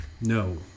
No